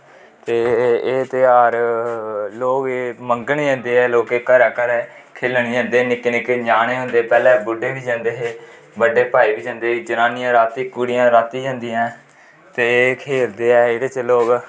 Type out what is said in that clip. एह् तेहार लोक ऐ मंगन जंदे ऐ लोकें दे घरे घरें खैलन जंदे निक्के निक्के पैह्ले बुड्डे बी जंदे है बड्डे भाई बी जंदे ऐ जनानियां रातीं कुडियां बी जंदी ही ते एह् खैलदे ऐ एह्दे च लोक